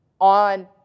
On